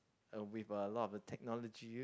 uh with a lot of technology